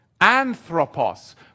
Anthropos